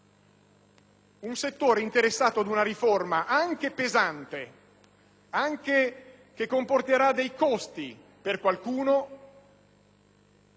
un settore interessato ad una riforma anche pesante, che comporterà dei costi per qualcuno,